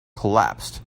collapsed